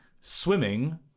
swimming